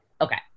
okay